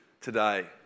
today